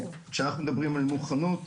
כשאנחנו מדברים על מוכנות,